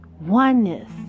oneness